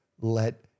let